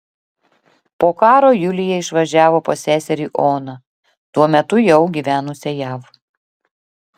po karo julija išvažiavo pas seserį oną tuo metu jau gyvenusią jav